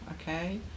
okay